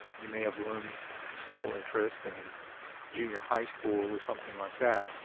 you may have learned simple interest in the junior high school or something like that.